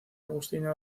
agustina